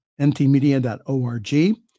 ntmedia.org